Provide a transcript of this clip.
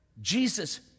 Jesus